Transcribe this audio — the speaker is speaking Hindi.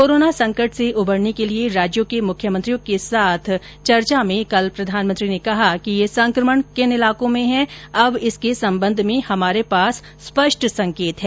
कोरोना संकट से उबरने के लिए राज्यों के मुख्यमंत्रियों के साथ चर्चा में कल प्रधानमंत्री ने कहा कि यह संकमण किन इलाकों में है अब इसके संबंध में हमारे पास स्पष्ट संकेत हैं